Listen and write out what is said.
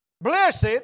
Blessed